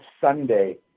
Sunday